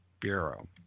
Bureau